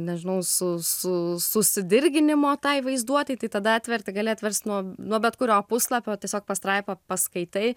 nežinau su su sudirginimo tai vaizduotei tai tada atverti gali atverst nuo nuo bet kurio puslapio tiesiog pastraipa paskaitai